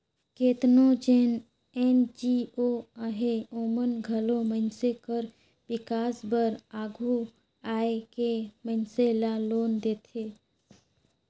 केतनो जेन एन.जी.ओ अहें ओमन घलो मइनसे कर बिकास बर आघु आए के मइनसे ल लोन देथे